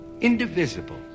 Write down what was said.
indivisible